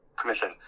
commission